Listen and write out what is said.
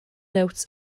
notes